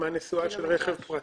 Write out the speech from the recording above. מהנסועה של רכב פרטי.